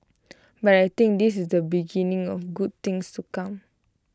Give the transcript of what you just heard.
but I think this is the beginning of good things to come